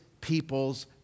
people's